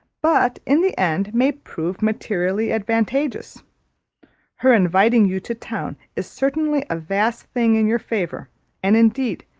but in the end may prove materially advantageous her inviting you to town is certainly a vast thing in your favour and indeed,